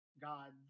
gods